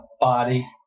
body